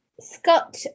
Scott